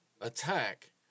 attack